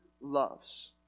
loves